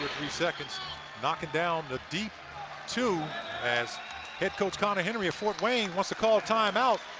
three seconds knocking down the deep two as head coach conner henry of fort wayne wants to call a time-out.